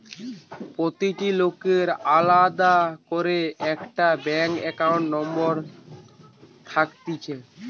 প্রতিটা লোকের আলদা করে একটা ব্যাঙ্ক একাউন্ট নম্বর থাকতিছে